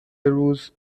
روز